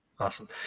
Awesome